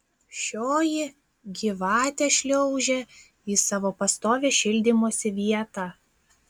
šioji gyvatė šliaužė į savo pastovią šildymosi vietą